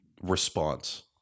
response